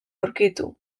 aurkitu